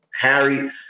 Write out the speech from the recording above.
Harry